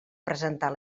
presentar